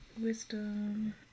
wisdom